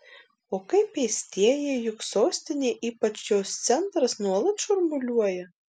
o kaip pėstieji juk sostinė ypač jos centras nuolat šurmuliuoja